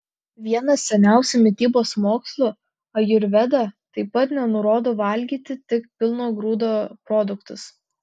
vienas seniausių mitybos mokslų ajurveda taip pat nenurodo valgyti tik pilno grūdo produktus